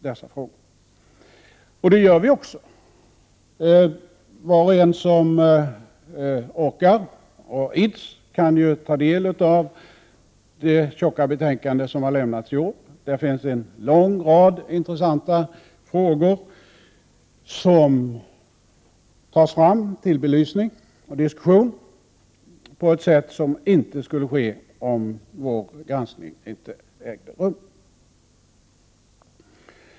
Det gör vi också i konstitutionsutskottet. Var och en som orkar och ids kan ta del av det tjocka betänkande som har lämnats i år. Där finns en lång rad intressanta frågor som tas fram till belysning och diskussion på ett sätt som inte skulle ske om inte vår granskning ägde rum.